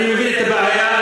אני מבין את הבעיה,